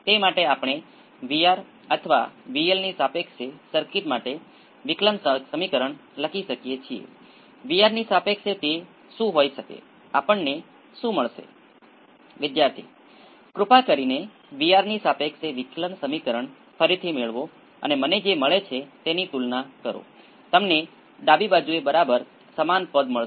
તેથી તે વસ્તુઓને ખરાબ કરવાની એક ઉપયોગી રીત છે જે આપણી ખૂબ મોટી વસ્તુઓ છે અને મારો મતલબ છે કે આ બે ખૂબ જ મોટી શ્રેણીમાં વધુ પ્રકાશને જુએ છે જો તમે ફેરાડ દ્વારા બદલાય છે